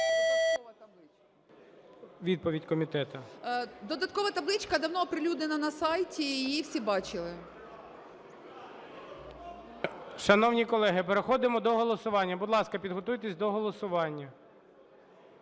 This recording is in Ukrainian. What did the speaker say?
Додаткова табличка давно оприлюднена на сайті і її всі бачили. ГОЛОВУЮЧИЙ. Шановні колеги, переходимо до голосування. Будь ласка, підготуйтесь до голосування.